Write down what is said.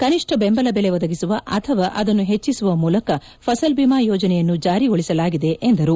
ಕನಿಷ್ಠ ಬೆಂಬಲ ಬೆಲೆ ಒದಗಿಸುವ ಅಥವಾ ಅದನ್ನು ಹೆಚ್ಚಿಸುವ ಮೂಲಕ ಫಸಲ್ ಬೀಮಾ ಯೋಜನೆಯನ್ನು ಜಾರಿಗೊಳಿಸಲಾಗಿದೆ ಎಂದರು